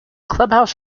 clubhouse